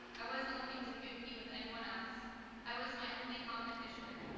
i wasn't looking to compete with anyone else i was my only competition.